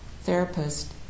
therapist